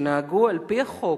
שנהגו על-פי החוק,